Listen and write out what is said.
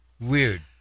Weird